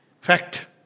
Fact